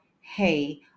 Hey